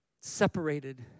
Separated